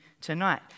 tonight